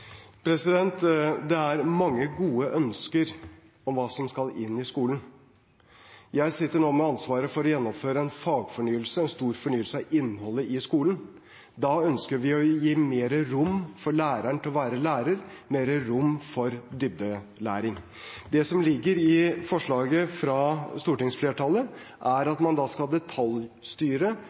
Det er mange gode ønsker om hva som skal inn i skolen. Jeg sitter nå med ansvaret for å gjennomføre en fagfornyelse, en stor fornyelse av innholdet i skolen. Da ønsker vi å gi læreren mer rom for å være lærer, mer rom for dybdelæring. Det som ligger i forslaget fra stortingsflertallet, er at man skal detaljstyre